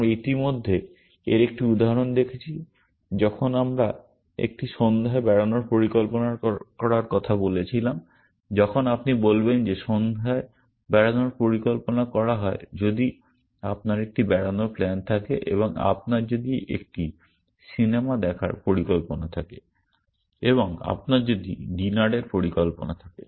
আমরা ইতিমধ্যে এর একটি উদাহরণ দেখেছি যখন আমরা একটি সন্ধ্যায় বেড়ানোর পরিকল্পনা করার কথা বলছিলাম যখন আপনি বলবেন যে সন্ধ্যায় বেড়ানোর পরিকল্পনা করা হয় যদি আপনার একটি বেড়ানোর প্ল্যান থাকে এবং আপনার যদি একটি সিনেমা দেখার পরিকল্পনা থাকে এবং আপনার যদি ডিনারের পরিকল্পনা থাকে